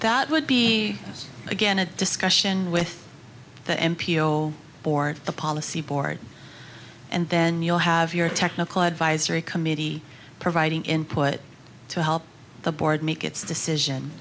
that would be again a discussion with the m p o board the policy board and then you'll have your technical advisory committee providing input to help the board make its decision